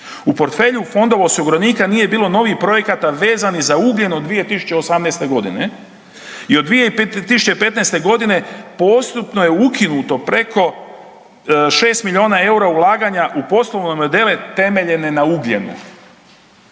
U portfelju fondova osiguranika nije bilo novih projekata vezanih za ugljen od 2018. g. i od 2015. g. postupno je ukinuto preko 6 milijuna eura ulaganja u poslovne modele temeljene na ugljenu.